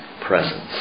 presence